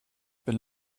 been